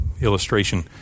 illustration